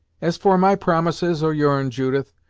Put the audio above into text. as for my promises, or your'n, judith,